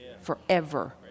forever